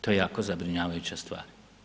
To je jako zabrinjavajuća stvar.